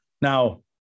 Now